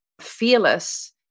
fearless